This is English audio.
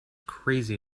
crazy